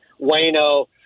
Wayno